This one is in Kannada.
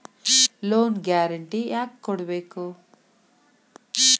ಲೊನ್ ಗ್ಯಾರ್ಂಟಿ ಯಾಕ್ ಕೊಡ್ಬೇಕು?